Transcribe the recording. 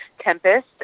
Tempest